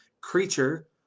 creature